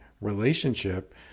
relationship